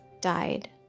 died